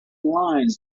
lines